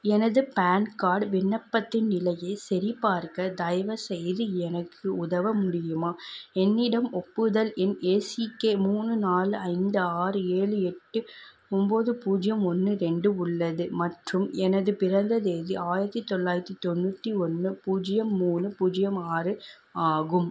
எனது PAN card விண்ணப்பத்தின் நிலையை சரிபார்க்க தயவுசெய்து எனக்கு உதவ முடியுமா என்னிடம் ஒப்புதல் எண் ஏசிகே மூணு நாலு ஐந்து ஆறு ஏழு எட்டு ஒம்பது பூஜ்ஜியம் ஒன்று ரெண்டு உள்ளது மற்றும் எனது பிறந்த தேதி ஆயிரத்தி தொள்ளாயிரத்தி தொண்ணூற்றி ஒன்று பூஜ்ஜியம் மூணு பூஜ்ஜியம் ஆறு ஆகும்